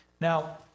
Now